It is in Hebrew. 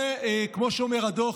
וכמו שאומר הדוח,